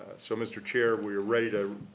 so, mr. chair, we're ready to,